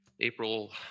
April